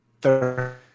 third